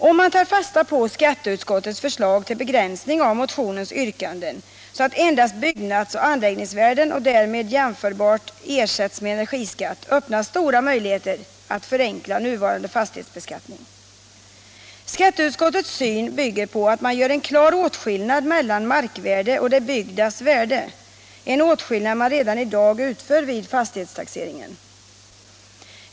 Om man tar fasta på skatteutskottets förslag till begränsning av motionens yrkanden så att endast beskattningen av byggnads och anläggningsvärden och därmed jämförbart ersätts med energiskatt, öppnas stora möjligheter att förenkla nuvarande fastighetsbeskattning. Skatteutskottets syn bygger på att man gör en klar åtskillnad mellan markvärde och det byggdas värde, en åtskillnad som man redan i dag gör vid fastighetstaxeringen.